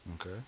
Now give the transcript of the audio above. Okay